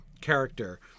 character